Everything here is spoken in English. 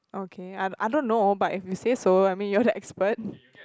okay I I don't know but if you say so I mean you're the expert